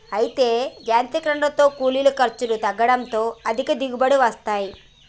అయితే యాంత్రీకరనతో కూలీల ఖర్చులు తగ్గడంతో అధిక దిగుబడులు వస్తాయి